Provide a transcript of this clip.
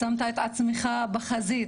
שמת את עצמך בחזית,